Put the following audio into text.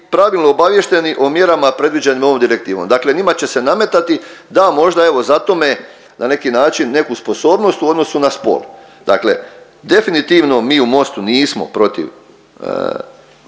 pravilno obavješteni o mjerama predviđenim ovom direktivom. Dakle, njima će se nametati da možda evo zato me na neki način neku sposobnost u odnosu na spol. Dakle, definitivno mi u MOST-u nismo protiv